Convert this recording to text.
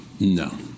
No